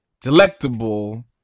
delectable